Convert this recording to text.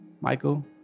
Michael